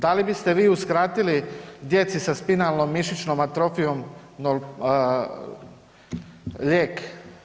Da li biste vi uskratili djeci sa spinalnom mišićnom atrofijom lijek?